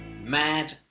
Mad